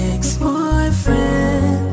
Ex-boyfriend